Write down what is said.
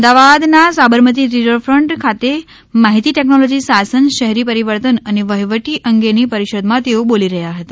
અમદાવાદના સાબરમતી રિવરફંટ ખાતે માહિતી ટેકનોલોજી શાસન શહેરી પરિવર્તન અને વહીવટ અંગેની પરિષદમાં તેઓ બોલી રહ્યા હતા